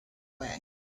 way